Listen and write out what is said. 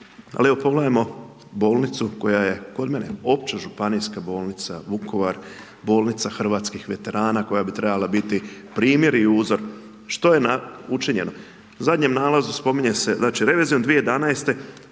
ali evo pogledajmo bolnicu koja je kod mene. Opća županijska bolnica Vukovar. Bolnica hrvatskih veterana koja bi trebala biti primjer i uzor. Što je učinjeno? U zadnjem nalazu spominje se, znači, revizijom 2011.